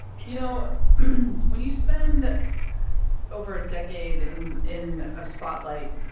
you know when you spend over a decade in in a spotlight,